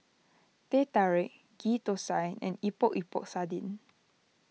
Teh Tarik Ghee Thosai and Epok Epok Sardin